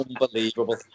unbelievable